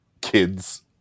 kids